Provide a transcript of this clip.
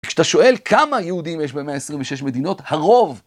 כשאתה שואל כמה יהודים יש ב126 מדינות, הרוב.